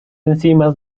enzimas